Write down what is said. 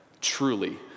truly